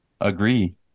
agree